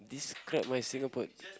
describe my Singapore